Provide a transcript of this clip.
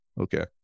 okay